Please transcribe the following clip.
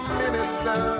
minister